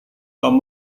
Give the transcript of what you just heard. tom